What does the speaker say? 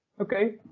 Okay